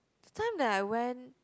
time that I went